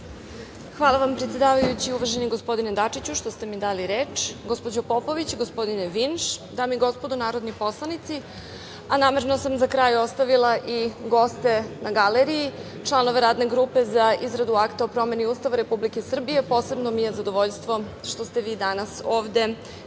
Hvala vam, predsedavajući, uvaženi gospodine Dačiću, što ste mi dali reč. Gospođo Popović, gospodine Vinš, dame i gospodo narodni poslanici, a namerno sam za kraj ostavila i goste na galeriji, članove Radne grupe za izradu Akta o promeni Ustava Republike Srbije. Posebno mi je zadovoljstvo što ste vi danas ovde